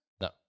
No